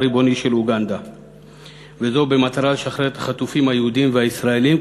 הריבוני של אוגנדה במטרה לשחרר את החטופים היהודים והישראלים,